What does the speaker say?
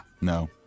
No